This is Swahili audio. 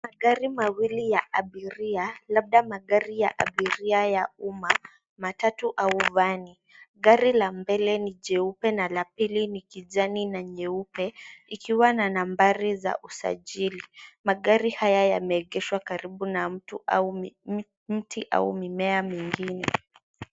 Magari mawili ya abiria labda magari ya abiria ya umma matatu au vani gari la mbele ni jeupe na la pili ni kijani na nyeupe ikiwa na nambari za usajili . Magari haya yameegeshwa karibu na mto mitinau mimea mingine.